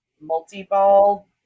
multi-ball